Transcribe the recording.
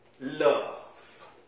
love